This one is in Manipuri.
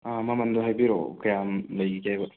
ꯑ ꯃꯃꯜꯗꯣ ꯍꯥꯏꯕꯤꯔꯛꯑꯣ ꯀꯌꯥꯝ ꯂꯩꯒꯦꯕ